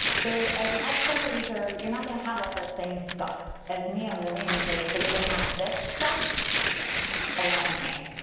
so as an external user, you're not going to have all the things such as me on your landing page, but you're going to have this stuff along here.